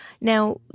Now